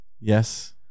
Yes